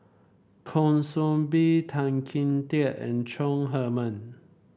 Kwa Soon Bee Tan Kim Tian and Chong Heman